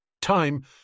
time